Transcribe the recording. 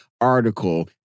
article